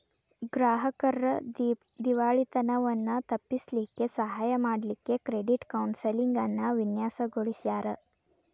ಗ್ರಾಹಕ್ರ್ ದಿವಾಳಿತನವನ್ನ ತಪ್ಪಿಸ್ಲಿಕ್ಕೆ ಸಹಾಯ ಮಾಡ್ಲಿಕ್ಕೆ ಕ್ರೆಡಿಟ್ ಕೌನ್ಸೆಲಿಂಗ್ ಅನ್ನ ವಿನ್ಯಾಸಗೊಳಿಸ್ಯಾರ್